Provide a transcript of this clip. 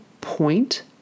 point